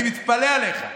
אני מתפלא עליך.